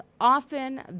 often